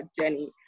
Jenny